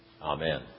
Amen